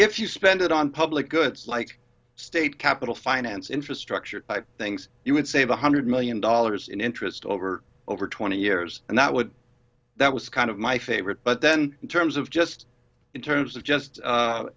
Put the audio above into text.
if you spend it on public goods like state capital finance infrastructure things you would save one hundred million dollars in interest over over twenty years and that would that was kind of my favorite but then in terms of just in terms of just